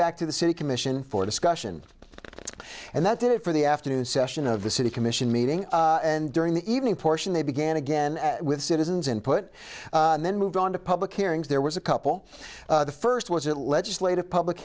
back to the city commission for discussion and that did it for the afternoon session of the city commission meeting and during the evening portion they began again with citizens input and then moved on to public hearings there was a couple the first was at legislative public